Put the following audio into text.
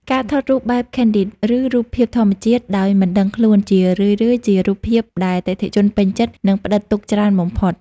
ការថតរូបបែប Candid ឬរូបភាពធម្មជាតិដោយមិនដឹងខ្លួន ជារឿយៗជារូបភាពដែលអតិថិជនពេញចិត្ត និងផ្ដិតទុកច្រើនបំផុត។